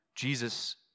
Jesus